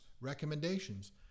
recommendations